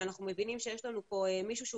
שאנחנו מבינים שיש לנו פה מישהו שהוא